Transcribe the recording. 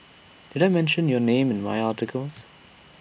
did I mention your name in my articles